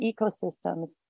ecosystems